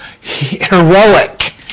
heroic